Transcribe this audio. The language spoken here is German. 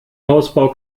hausbau